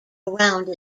around